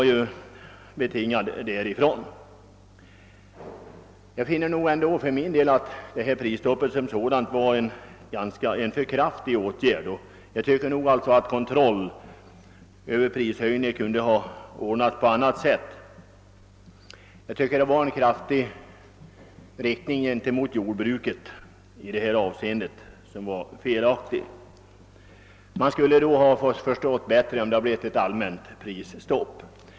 Jag finner för min del att prisstoppet var en alltför kraftig åtgärd, och jag tycker också att kontrollen över priserna kunde ha ordnats bättre. Nu har det blivit en stark och orättvis prickning av jordbruket. Jag skulle ha förstått det hela bättre, om vi hade fått ett allmänt prisstopp.